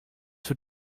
wird